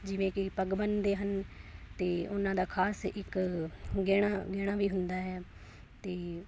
ਜਿਵੇਂ ਕਿ ਪੱਗ ਬੰਨ੍ਹਦੇ ਹਨ ਅਤੇ ਉਹਨਾਂ ਦਾ ਖ਼ਾਸ ਇੱਕ ਗਹਿਣਾ ਗਹਿਣਾ ਵੀ ਹੁੰਦਾ ਹੈ ਅਤੇ